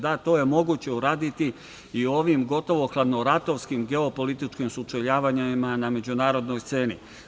Da to je moguće uraditi i u ovim gotovo hladnoratovskim geopolitičkim sučeljavanjima na međunarodnoj sceni.